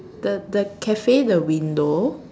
the the cafe the window